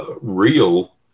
Real